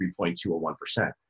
3.201%